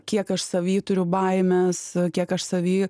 kiek aš savyj turiu baimės kiek aš savyj